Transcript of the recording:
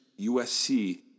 USC